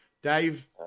Dave